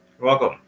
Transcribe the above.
Welcome